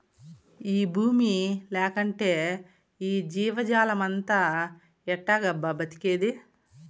ఈ బూమి లేకంటే ఈ జీవజాలమంతా ఎట్టాగబ్బా బతికేది